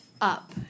up